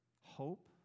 hope